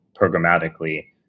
programmatically